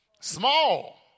Small